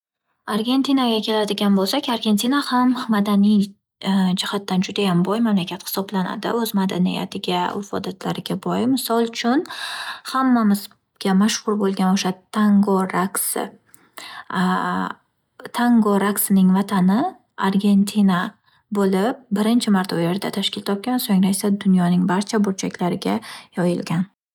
Argentinaga keladigan bo’lsak. Argentina ham madaniy jihatdan judayam boy mamlakat hisoblanadi o'z madaniyatiga, urf - odatlariga boy Misol uchun, hammamizga mashhur bo’lgan o’sha tango raqsi Tango raqsini vatani Argentina bo’lib birinchi marta u yerda tashkil topgan va so’ngra esa dunyoning barcha burchaklariga yoyilgan.